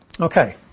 Okay